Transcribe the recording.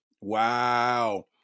Wow